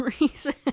reason